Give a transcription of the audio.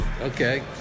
okay